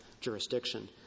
jurisdiction